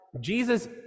Jesus